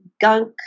gunk